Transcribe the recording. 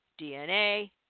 DNA